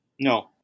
No